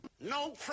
No